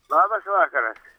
labas vakaras